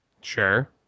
Sure